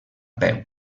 peu